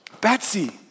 Betsy